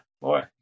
boy